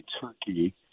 Turkey